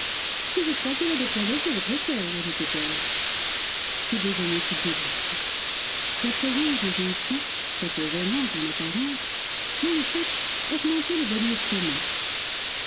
je crois qu'elle a des projets sur votre coeur ajoutait-elle le déjeuner fut délicieux la présence des enfants quoique gênante en apparence dans le fait augmentait le bonheur commun